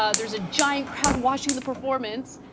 ah there's a giant crowd watching the performance,